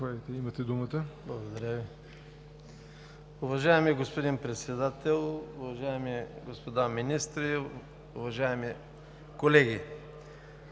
(ДПС): Благодаря Ви. Уважаеми господин Председател, уважаеми господа министри, уважаеми колеги!